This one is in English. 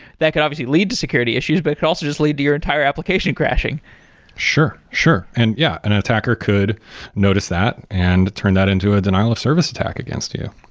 that could obviously lead to security issues, but it could also just lead to your entire application crashing sure, sure. and yeah, and an attacker could notice that and turn that into a denial of service attack against you.